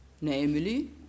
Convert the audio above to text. namely